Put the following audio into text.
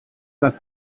las